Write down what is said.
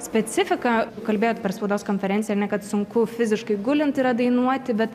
specifiką kalbėjot per spaudos konferenciją ar ne kad sunku fiziškai gulint yra dainuoti bet